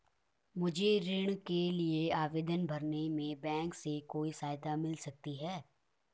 मुझे ऋण के लिए आवेदन भरने में बैंक से कोई सहायता मिल सकती है?